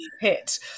hit